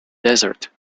desert